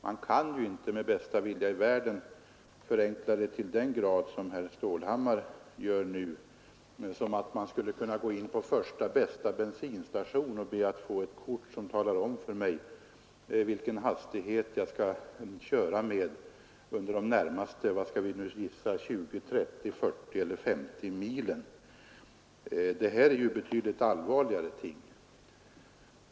Man kan inte med bästa vilja i världen förenkla informationen till den grad herr Stålhammar föreslår, alltså att man skall kunna gå in på första bästa bensinstation och be att få ett kort, som talar om för en med vilken hastighet man skall köra under de närmaste 20, 30, 40 eller 50 milen. Det gäller ju betydligt allvarligare ting.